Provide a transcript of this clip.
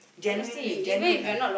genuinely genuine lah